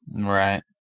Right